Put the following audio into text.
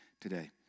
today